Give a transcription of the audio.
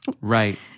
Right